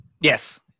Yes